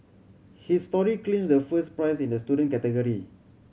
his story clinched the first prize in the student category